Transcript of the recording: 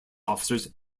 officers